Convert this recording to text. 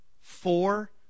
four